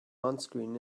onscreen